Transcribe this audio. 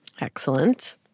Excellent